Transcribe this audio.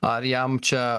ar jam čia